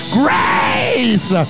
grace